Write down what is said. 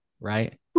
Right